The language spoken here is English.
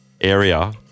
area